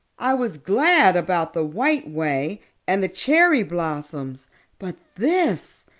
i was glad about the white way and the cherry blossoms but this!